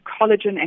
collagen